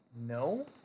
No